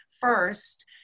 first